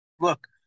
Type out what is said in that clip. look